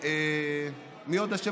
מי עוד?